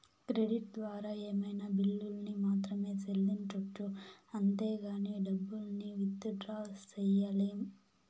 credit ద్వారా ఏమైనా బిల్లుల్ని మాత్రమే సెల్లించొచ్చు అంతేగానీ డబ్బుల్ని విత్ డ్రా సెయ్యలేం